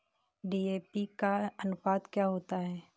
DAP का अनुपात क्या होता है?